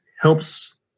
helps